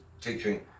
teaching